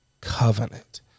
covenant